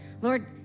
Lord